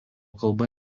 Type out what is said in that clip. kalba